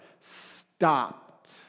stopped